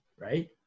right